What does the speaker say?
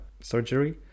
surgery